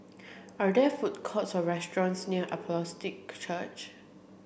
are there food courts or restaurants near Apostolic Church